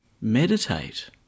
meditate